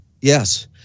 Yes